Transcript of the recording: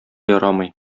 ярамый